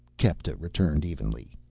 kepta returned evenly.